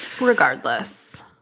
regardless